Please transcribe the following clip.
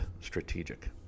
strategic